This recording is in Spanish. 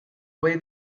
fue